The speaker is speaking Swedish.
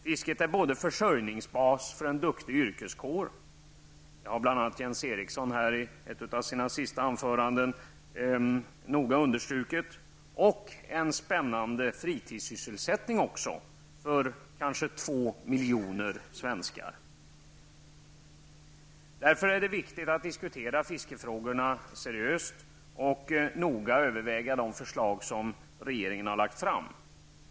Fisket är både försörjningsbas för en duktig yrkeskår -- detta har bl.a. Jens Eriksson här i ett av sina sista anföranden noga understrukit -- och en spännande fritidssysselsättning för kanske 2 Det är därför viktigt att diskutera fiskefrågorna seriöst och noga överväga de förslag som regeringen har lagt fram.